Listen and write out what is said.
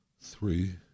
three